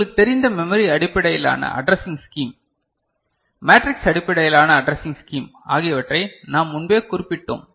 உங்களுக்குத் தெரிந்த மெமரி அடிப்படையிலான அட்ரசிங் ஸ்கீம் மேட்ரிக்ஸ் அடிப்படையிலான அட்ரசிங் ஸ்கீம் ஆகியவற்றை நாம் முன்பே குறிப்பிட்டோம்